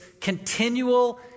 continual